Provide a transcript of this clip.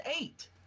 eight